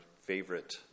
favorite